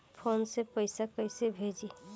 Phone से पैसा कैसे भेजी?